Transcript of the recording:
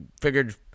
figured